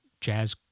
jazz